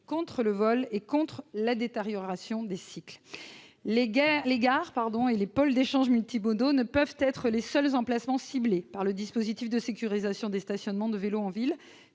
contre le vol et contre les détériorations. Les gares et les pôles d'échanges multimodaux ne peuvent pas être les seuls emplacements ciblés par le dispositif de sécurisation des stationnements pour les vélos en ville